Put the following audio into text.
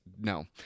no